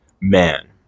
man